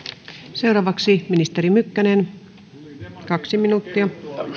seuraavaksi ministeri mykkänen kaksi minuuttia